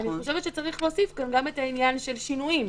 ואני חושבת שצריך להוסיף כאן גם את העניין של שינויים.